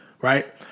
right